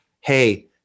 hey